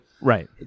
Right